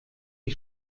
die